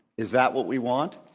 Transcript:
is that what we want?